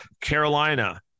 Carolina